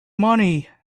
money